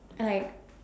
like